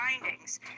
findings